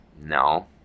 No